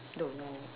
don't know